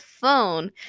phone